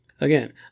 Again